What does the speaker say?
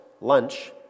lunch